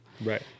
Right